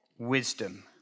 Wisdom